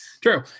true